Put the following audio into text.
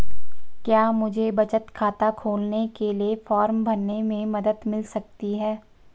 क्या मुझे बचत खाता खोलने के लिए फॉर्म भरने में मदद मिल सकती है?